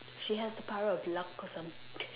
she has the power of luck or something